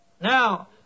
Now